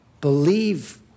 believe